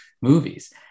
movies